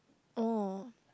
orh